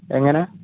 എങ്ങനെ